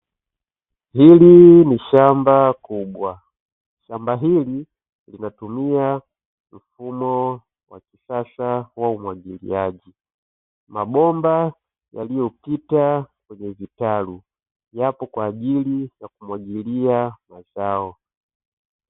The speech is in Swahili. Hili ni shamba kubwa, shamba hili linatumia mfumo wa kisasa wa umwagiliaji. Mabomba yaliyopita kwenye vitalu yapo kwa ajili ya kumwagilia mazao.